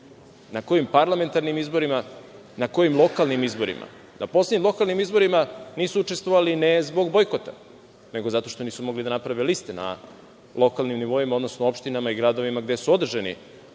Na kojim parlamentarnim izborima, na kojim lokalnim izborima? Na poslednjim lokalnim izborima nisu učestvovali ne zbog bojkota, nego zato što nisu mogli da naprave liste na lokalnim nivoima, odnosno opštinama i gradovima gde su održani